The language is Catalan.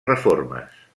reformes